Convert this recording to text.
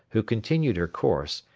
who continued her course,